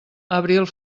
abril